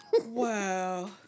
Wow